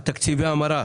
לגבי תקציבי המרה